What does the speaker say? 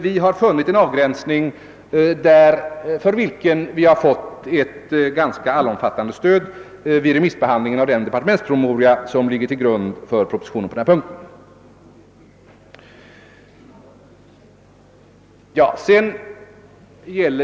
Vi har funnit en avgränsning, för vilken vi har fått ett ganska omfattande stöd vid remissbehandlingen av den departementspromemoria som ligger till grund för propositionen på denna punkt.